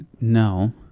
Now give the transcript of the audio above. no